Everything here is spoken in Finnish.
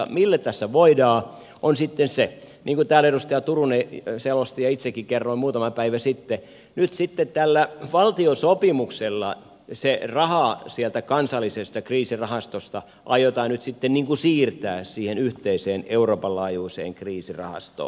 se mille tässä voidaan on sitten se niin kuin täällä edustaja turunen selosti ja itsekin kerroin muutama päivä sitten että nyt tällä valtiosopimuksella se raha sieltä kansallisesta kriisirahastosta aiotaan sitten siirtää siihen yhteiseen euroopan laajuiseen kriisirahastoon